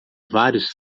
vários